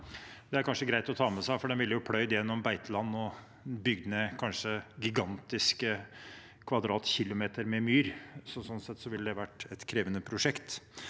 Det er kanskje greit å ta med seg, for den ville jo pløyd gjennom beiteland og kanskje bygd ned et gigantisk antall kvadratkilometer med myr. Sånn sett ville det vært et krevende prosjekt.